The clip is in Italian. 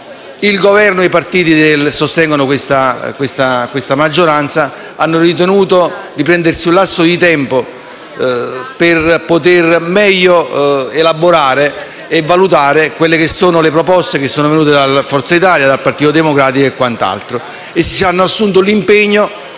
Il Governo e i partiti che sostengono questa maggioranza hanno ritenuto di prendersi un lasso di tempo per poter meglio elaborare e valutare le proposte che sono venute da Forza Italia e dal Partito Democratico. Essi hanno assunto l'impegno,